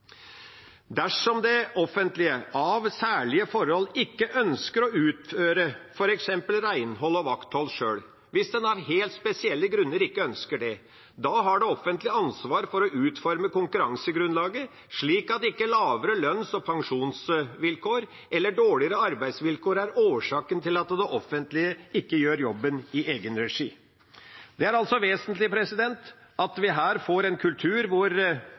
Dersom det offentlige på grunn av særlige forhold ikke ønsker å utføre f.eks. renhold og vakthold sjøl, hvis en av helt spesielle grunner ikke ønsker det, har det offentlige ansvar for å utforme konkurransegrunnlaget slik at ikke lavere lønns- og pensjonsvilkår eller dårligere arbeidsvilkår er årsaken til at det offentlige ikke gjør jobben i egen regi. Det er altså vesentlig at vi får en kultur hvor